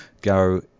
go